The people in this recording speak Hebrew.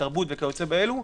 בתרבות וכיוצא באלו.